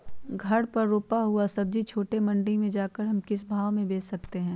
घर पर रूपा हुआ सब्जी छोटे मंडी में जाकर हम किस भाव में भेज सकते हैं?